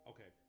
Okay